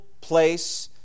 place